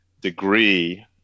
degree